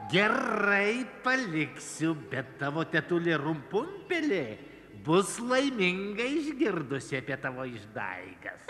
gerai paliksiu bet tavo tetulė rumpumpelė bus laiminga išgirdusi apie tavo išdaigas